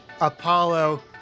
Apollo